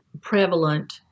prevalent